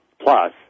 plus